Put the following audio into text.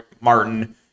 Martin